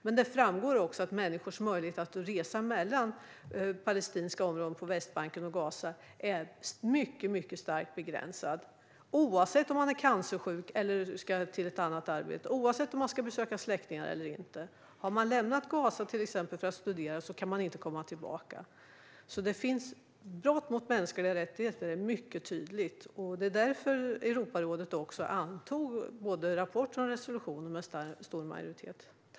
Men det framgår också att människors möjligheter att resa mellan palestinska områden på Västbanken och Gaza är mycket starkt begränsade, oavsett om de är cancersjuka, ska till ett arbete eller besöka släktingar. Om man till exempel har lämnat Gaza för att studera kan man inte komma tillbaka. Brotten mot mänskliga rättigheter är alltså mycket tydliga. Det är också därför som Europarådet antog både rapporten och resolutionen med stor majoritet.